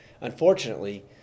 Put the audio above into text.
unfortunately